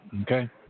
Okay